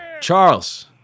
Charles